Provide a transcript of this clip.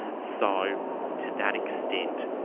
so to that extent,